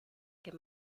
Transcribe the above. que